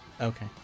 Okay